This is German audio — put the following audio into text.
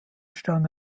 stand